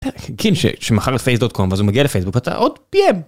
שמכר את פייס דוט קום, ואז הוא מגיע לפייסבוק, ואתה עוד PM!